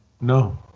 No